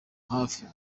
hafi